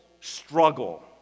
struggle